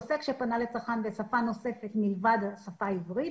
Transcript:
עוסק שפנה לצרכן בשפה נוספת מלבד השפה העברית,